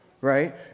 Right